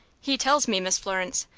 he tells me, miss florence,